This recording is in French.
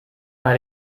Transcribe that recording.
par